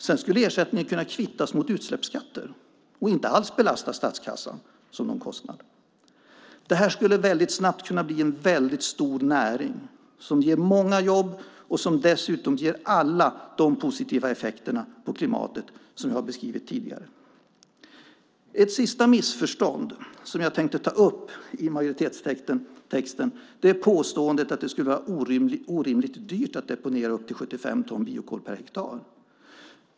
Sedan skulle ersättningen kunna kvittas mot utsläppsskatter och inte alls belasta statskassan som någon kostnad. Det här skulle väldigt snabbt kunna bli en väldigt stor näring som ger många jobb och som dessutom ger alla de positiva effekter på klimatet som jag har beskrivit tidigare. Ett sista missförstånd i majoritetstexten som jag tänkte ta upp är påståendet att det skulle bli orimligt dyrt att deponera upp till 75 ton biokol per hektar.